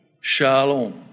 Shalom